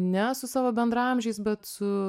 ne su savo bendraamžiais bet su